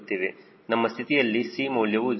ನಮ್ಮ ಸ್ಥಿತಿಯಲ್ಲಿ c ಮೌಲ್ಯವು 0